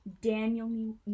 Daniel